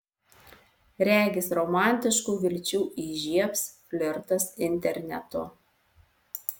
regis romantiškų vilčių įžiebs flirtas internetu